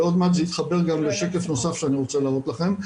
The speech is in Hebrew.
ועוד מעט זה יתחבר גם לשקף נוסף שאני רוצה להראות לכם,